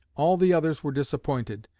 all the others were disappointed,